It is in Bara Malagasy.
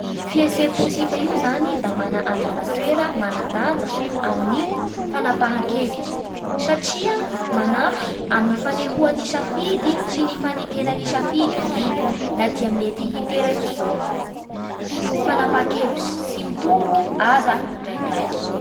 Ny fihetseham-potsika io zany da mana anjara-toera manan-danja amin'ny fanapakan-kevitsy satria manampy amin'ny fanehoan'ny safidy sy ny fanekena ny safidy i io, na dia mety hiteraky fanapaha-kevitsy tsy mitombo aza ndraindraiky.